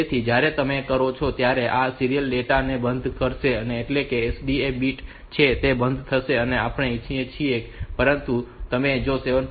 તેથી જ્યારે તમે આ કરો છો ત્યારે આ સીરીયલ ડેટા ને બંધ કરશે એટલે કે આ SDE બીટ છે તે બંધ થઈ જશે અને આપણે ઇચ્છીએ છીએ પરંતુ તમે તે 7